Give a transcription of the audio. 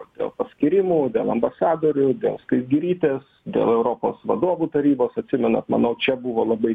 dėl paskyrimų dėl ambasadorių dėl skaisgirytės dėl europos vadovų tarybos atsimenat manau čia buvo labai